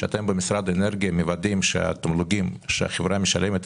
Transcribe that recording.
שאתם במשרד האנרגיה מוודאים שהתמלוגים שהחברה משלמת,